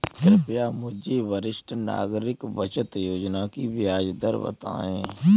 कृपया मुझे वरिष्ठ नागरिक बचत योजना की ब्याज दर बताएं